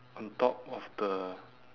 on top of the